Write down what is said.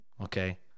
Okay